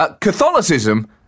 Catholicism